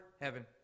heaven